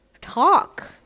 talk